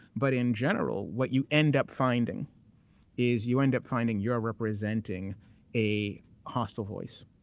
but in general, what you end up finding is you end up finding you are representing a hostile voice,